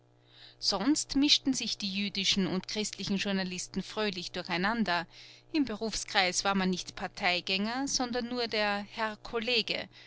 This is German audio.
sonst mischten sich die jüdischen und christlichen journalisten fröhlich durcheinander im berufskreis war man nicht parteigänger sondern nur der herr kollege